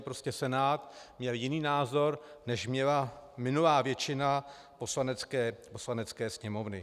Prostě Senát měl jiný názor, než měla minulá většina Poslanecké sněmovny.